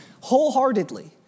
wholeheartedly